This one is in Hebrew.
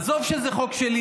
עזוב שזה חוק שלי,